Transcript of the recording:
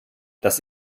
das